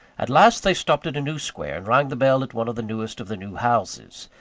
at last they stopped at a new square, and rang the bell at one of the newest of the new houses.